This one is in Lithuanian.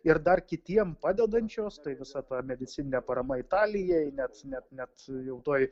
ir dar kitiem padedančios tai visa ta medicininė parama italijai net net net jau tuoj